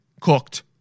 cooked